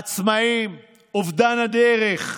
העצמאים, אובדן הדרך.